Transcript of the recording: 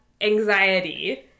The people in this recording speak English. anxiety